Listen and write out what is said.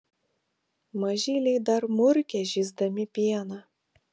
mažyliai dar murkia žįsdami pieną